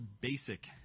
basic